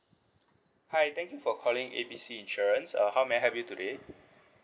hi thank you for calling A B C insurance uh how may I help you today